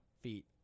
feet